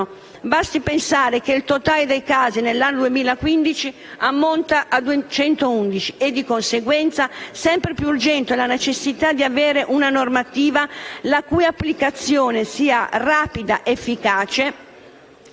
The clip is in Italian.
basti pensare che il totale dei casi nell'anno 2015 ammonta a 211 e di conseguenza è sempre più urgente la necessità di avere una normativa la cui applicazione sia rapida ed efficace